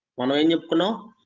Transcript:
when i mean you know,